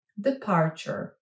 Departure